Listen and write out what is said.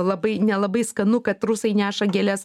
labai nelabai skanu kad rusai neša gėles